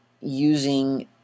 using